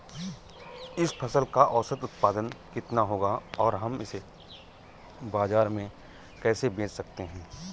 इस फसल का औसत उत्पादन कितना होगा और हम इसे बाजार में कैसे बेच सकते हैं?